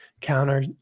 counter